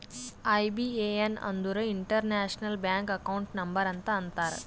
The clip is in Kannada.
ಐ.ಬಿ.ಎ.ಎನ್ ಅಂದುರ್ ಇಂಟರ್ನ್ಯಾಷನಲ್ ಬ್ಯಾಂಕ್ ಅಕೌಂಟ್ ನಂಬರ್ ಅಂತ ಅಂತಾರ್